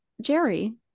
Jerry